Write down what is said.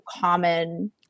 common